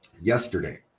yesterday